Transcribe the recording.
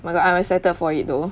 oh my god I'm excited for it though